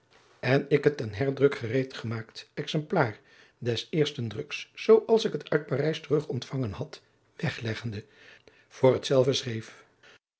en ik het ten herdruk adriaan loosjes pzn het leven van maurits lijnslager gereed gemaakt exemplaar des eersten druks zoo als ik het uit parijs terug ontvangen had wegleggende voor hetzelve schreef